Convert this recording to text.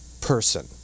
person